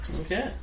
Okay